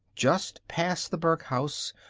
just past the burke house,